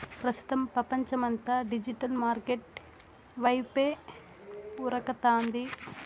ప్రస్తుతం పపంచమంతా digital market వైపే ఉరకతాంది